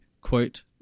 quote